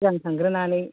सिगां थांग्रोनानै